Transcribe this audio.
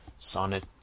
sonnet